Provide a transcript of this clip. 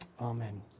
Amen